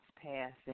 passing